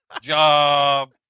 job